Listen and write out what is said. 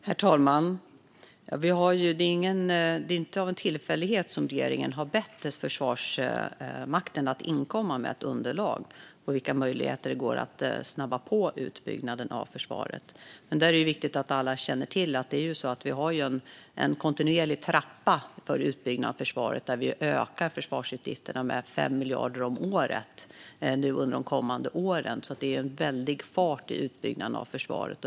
Herr talman! Det är inte av en tillfällighet som regeringen har bett Försvarsmakten att inkomma med underlag om vilka möjligheter det finns att snabba på utbyggnaden av försvaret. Det är viktigt att alla känner till att vi har en kontinuerlig trappa för utbyggnaden av försvaret där vi ökar försvarsutgifterna med 5 miljarder om året nu under de kommande åren. Det är en väldig fart i utbyggnaden av försvaret.